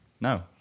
No